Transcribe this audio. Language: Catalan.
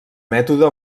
mètode